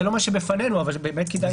זה לא מה שבפנינו, אבל באמת כדאי שיתייחסו לזה.